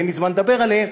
ואין לי זמן לדבר עליהם,